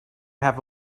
have